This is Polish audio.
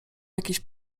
jakiś